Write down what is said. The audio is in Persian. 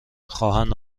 خواهند